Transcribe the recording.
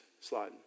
slide